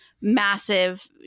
massive